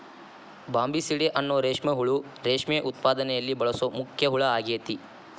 Bombycidae ಅನ್ನೋ ರೇಷ್ಮೆ ಹುಳು ರೇಷ್ಮೆ ಉತ್ಪಾದನೆಯಲ್ಲಿ ಬಳಸೋ ಮುಖ್ಯ ಹುಳ ಆಗೇತಿ